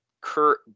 kurt